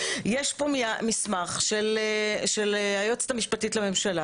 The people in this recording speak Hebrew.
יש כאן מסמך של היועצת המשפטית לממשלה